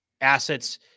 assets